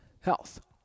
health